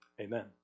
amen